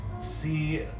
See